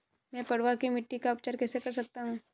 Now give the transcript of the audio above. मैं पडुआ की मिट्टी का उपचार कैसे कर सकता हूँ?